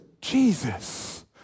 Jesus